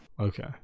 Okay